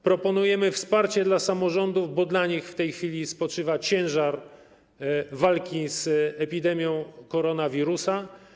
Proponujemy wsparcie dla samorządów, bo na nich w tej chwili spoczywa ciężar walki z epidemią koronawirusa.